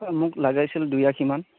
এই মোক লগা হৈছিল দুই আষিমান